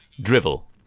drivel